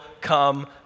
come